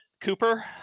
Cooper